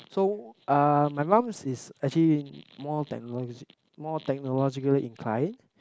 so uh my mum's is actually more more more technologically inclined